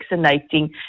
vaccinating